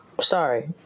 Sorry